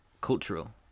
cultural